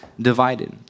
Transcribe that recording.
divided